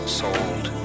sold